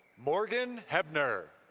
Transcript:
morgan hebner.